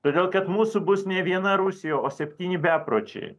todėl kad mūsų bus ne viena rusija o septyni bepročiai